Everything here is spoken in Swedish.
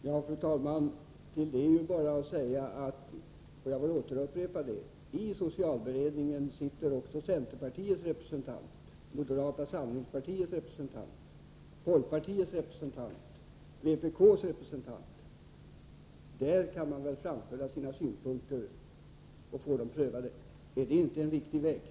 Fru talman! Till detta är bara att säga — jag får återupprepa det — att i socialberedningen sitter också centerpartiets representant, moderata samlingspartiets representant, folkpartiets representant och vpk:s representant. Där kan man väl framföra sina synpunkter och få dem prövade. Är inte det den riktiga vägen?